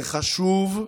זה חשוב,